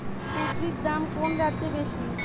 কুঁদরীর দাম কোন রাজ্যে বেশি?